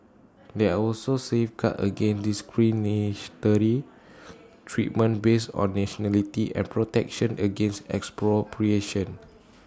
there are also safeguards against discriminatory treatment based on nationality and protection against expropriation